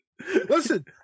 Listen